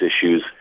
issues